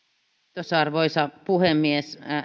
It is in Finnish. arvoisa puhemies